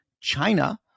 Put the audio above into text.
China